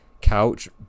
Couch